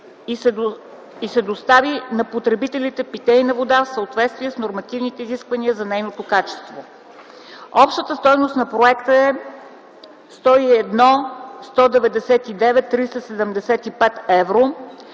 и се достави на потребителите питейна вода в съответствие с нормативните изисквания за нейното качество. Общата стойност на проекта е 101 млн.